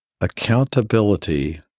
Accountability